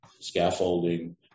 scaffolding